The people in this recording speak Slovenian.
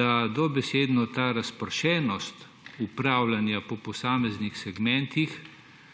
da dobesedno ta razpršenost upravljanja po posameznih segmentih